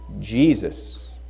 Jesus